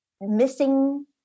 missing